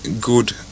good